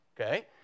okay